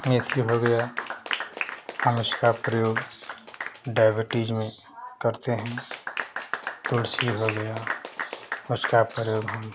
मेथी हो गया हम उसका प्रयोग डाईबीटीज में करते हैं तुलसी हो गया उसका प्रयोग हम